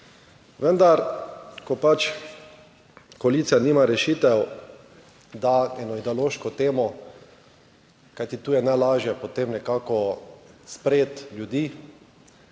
Vendar, ko pač koalicija nima rešitev, da eno ideološko temo, kajti tu je najlažje potem nekako sprejeti ljudi